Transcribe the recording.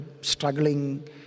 struggling